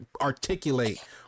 articulate